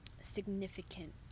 significant